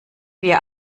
wir